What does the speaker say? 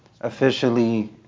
officially